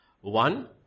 One